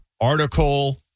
article